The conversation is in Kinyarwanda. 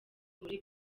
muri